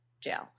jail